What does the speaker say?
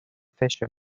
fisher